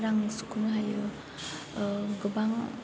रां सुखनो हायो ओह गोबां